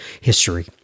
history